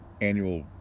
Annual